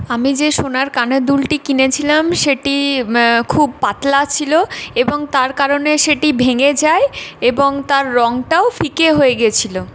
আমি যে সোনার কানের দুলটি কিনেছিলাম সেটি খুব পাতলা ছিলো এবং তার কারণে সেটি ভেঙে যায় এবং তার রঙটাও ফিকে হয়ে গেছিলো